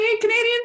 Canadian